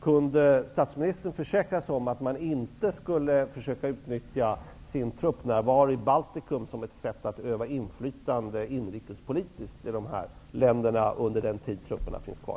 Kunde statsministern försäkra sig om att Ryssland inte skulle försöka utnyttja sin truppnärvaro i Baltikum som ett sätt att utöva inflytande inrikespolitiskt i de här länderna under den tid trupperna finns kvar?